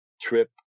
trip